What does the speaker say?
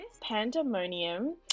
Pandemonium